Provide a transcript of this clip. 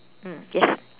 mm yes